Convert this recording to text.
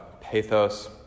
pathos